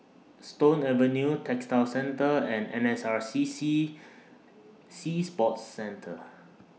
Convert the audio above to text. Stone Avenue Textile Centre and N S R C C Sea Sports Centre